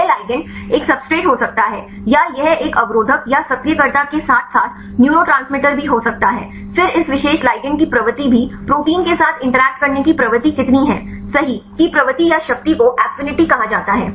यह लिगैंड एक सब्सट्रेट हो सकता है या यह एक अवरोधक या सक्रियकर्ता के साथ साथ न्यूरोट्रांसमीटर भी हो सकता है फिर इस विशिष्ट लिगैंड की प्रवृत्ति भी प्रोटीन के साथ इंटरैक्ट करने की प्रवृत्ति कितनी है सही कि प्रवृत्ति या शक्ति को एफिनिटी कहा जाता है